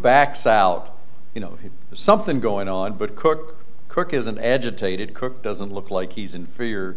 backs out you know something going on but cook cook is an agitated cook doesn't look like he's in for your